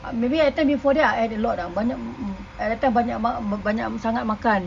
ah maybe that time before I ate a lot ah banyak at that time banyak banyak sangat makan